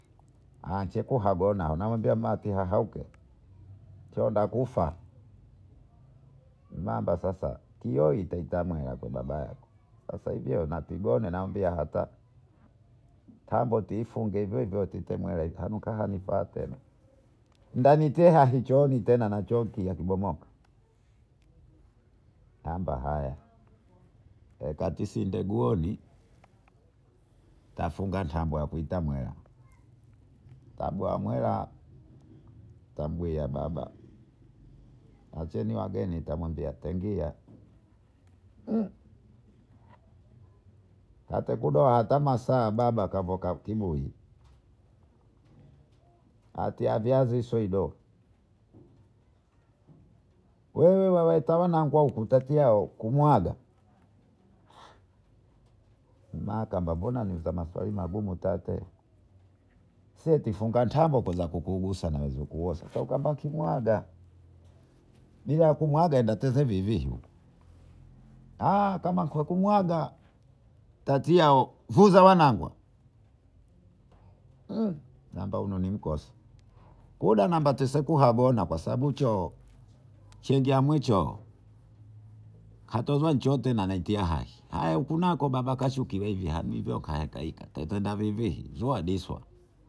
Chegu hagona unamombea mati aheuke chonda kufa mamba sasa tioi taitamweha kweya baba yako saa hivi natigoni namwambia hata tambo twifunge hivyohivyo tetemuhe twelamka hitelamkwa hitanuka hanifwatele ndanicheahichoon hichoki nakibomoke tamaba haya hekatisindeguoni ntafunga tango yakuita mwela tambwia mwela tabwia baba wacheni wageni namwambia katekuno hata Masaa baba kavoka kibui atiaviazi soido wewe waita wanangu waku utatiao kumwaga mwakamba mbona uliza maswali magumu tate seitikufungatango wezakugusa wezakuosa wezakumwaga bila kumwaga aendacheza hivihivi kumwaga tatia ho vuza wanangu hao mmh ambaonimkosi kuda nambatesekuhaona kwasababu choo chengia mwichoo katozwa choo katiahai.